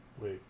Wait